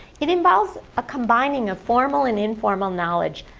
it involves a combining of formal and informal knowledge.